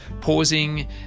pausing